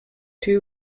two